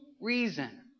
reason